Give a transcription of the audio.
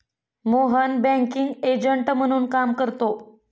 Mohan banking agent म्हणून काम करतो